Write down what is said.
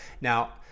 now